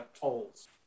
tolls